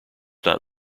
not